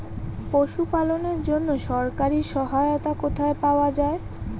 পশু পালনের জন্য সরকারি সহায়তা কোথায় পাওয়া যায়?